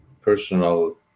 personal